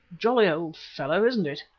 jolly, old fellow, isn't it?